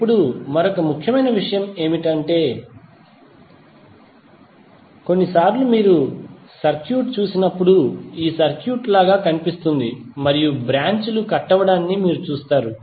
ఇప్పుడు మరొక ముఖ్యమైన విషయం ఏమిటంటే కొన్నిసార్లు మీరు సర్క్యూట్ చూసినప్పుడు ఈ సర్క్యూట్ లాగా కనిపిస్తుంది మరియు చాలా బ్రాంచ్ లు కట్ అవడాన్ని మీరు చూస్తారు